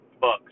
bucks